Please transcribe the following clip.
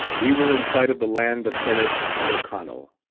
we were in sight of the land of emmett and o'connell.